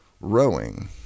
Rowing